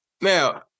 now